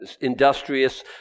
industrious